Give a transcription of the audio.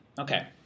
Okay